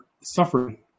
suffering